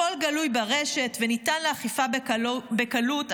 הכול גלוי ברשת וניתן לאכיפה בקלות,